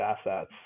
assets